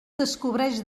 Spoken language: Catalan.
descobreix